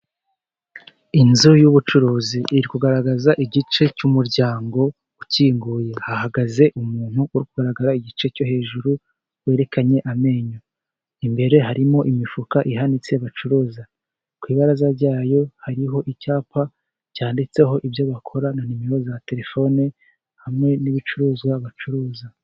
Inzu y'ubucuruzi iri kugaragaza igice cy'umuryango ukinguye, hahagaze umuntu uri kugaragara igice cyo hejuru werekanye amenyo, imbere harimo imifuka ihanitse bacuruza, ku ibaraza ryayo hariho icyapa cyanditseho ibyo bakora na nimero za telefone, hamwe n'ibicuruzwa bacuruza.